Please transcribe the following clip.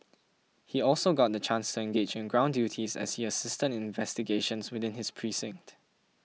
he also got the chance to engage in ground duties as he assisted in investigations within his precinct